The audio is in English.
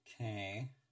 okay